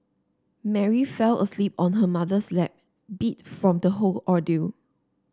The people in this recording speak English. Mary fell asleep on her mother's lap beat from the whole ordeal